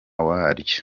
waryo